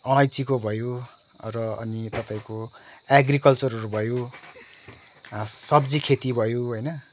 अलैँचीको भयो र अनि तपाईँको एग्रिकल्चरहरू भयो सब्जी खेती भयो होइन